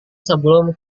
sebelum